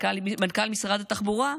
מנכ"ל משרד התחבורה,